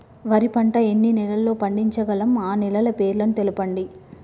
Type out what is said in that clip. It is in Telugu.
వరి పంట ఎన్ని నెలల్లో పండించగలం ఆ నెలల పేర్లను తెలుపండి?